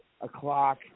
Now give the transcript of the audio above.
o'clock